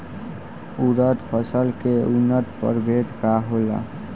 उरद फसल के उन्नत प्रभेद का होला?